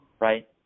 right